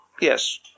yes